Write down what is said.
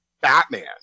Batman